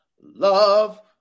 love